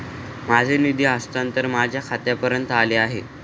माझे निधी हस्तांतरण माझ्या खात्यात परत आले आहे